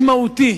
ומשמעותי.